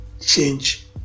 change